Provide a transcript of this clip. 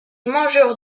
mangeurs